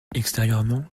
extérieurement